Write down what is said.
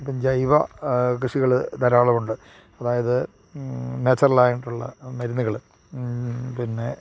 ഇപ്പം ജൈവ കൃഷികൾ ധാരളം ഉണ്ട് അതായത് നേച്ചറൽ ആയിട്ടുള്ള മരുന്നുകൾ പിന്നെ